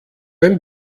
ein